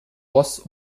ross